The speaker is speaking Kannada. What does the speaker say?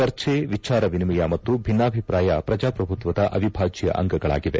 ಚರ್ಚೆ ವಿಚಾರ ವಿನಿಮಯ ಮತ್ತು ಭಿನ್ನಾಭಿಪ್ರಾಯ ಪ್ರಜಾಪ್ರಭುತ್ವದ ಅವಿಭಾಜ್ಯ ಅಂಗಗಳಾಗಿವೆ